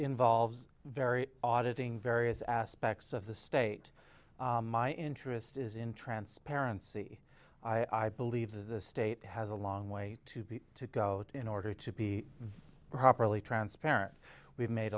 nvolves very auditing various aspects of the state my interest is in transparency i believe the state has a long way to be to go in order to be properly transparent we've made